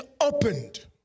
opened